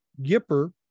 Gipper